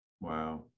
Wow